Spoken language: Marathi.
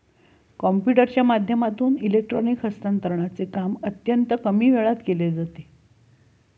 कम्प्युटरच्या माध्यमातून इलेक्ट्रॉनिक हस्तांतरणचे काम अत्यंत कमी वेळात केले जाते